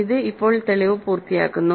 ഇത് ഇപ്പോൾ തെളിവ് പൂർത്തിയാക്കുന്നു